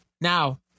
Now